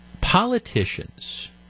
politicians